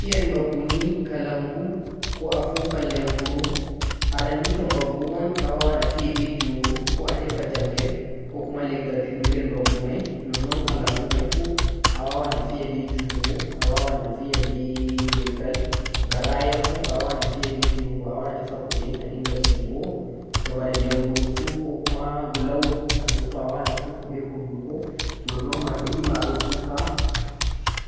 to'a viyan baggoni kalangu ko a foofan lenguru aran ni toh bangu a waawan viya be jungo ko tefan jamgel ko kuma gel furigal bangu mei non-non kalangu mei fuu a waawan a viya be jungo a waawan a viya be laggal garaya fuu a waawan a viya be jungo a waawan a tefa kudel a dingha viko toh boona languru fuu ko kuma gulauru handigo awaawan a woona fefa be hindugo non-non adon yiima a don fuufa